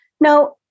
Now